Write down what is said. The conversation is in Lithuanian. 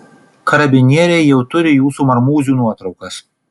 karabinieriai jau turi jūsų marmūzių nuotraukas